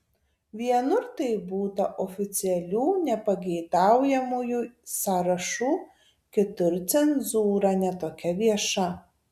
vienur tai būta oficialių nepageidaujamųjų sąrašų kitur cenzūra ne tokia vieša